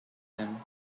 him